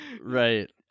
Right